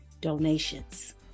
donations